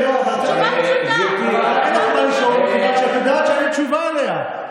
אין לך מה לשאול מכיוון שאת יודעת שאין לי תשובה עליה,